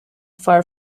far